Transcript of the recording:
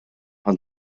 ond